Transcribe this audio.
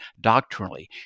doctrinally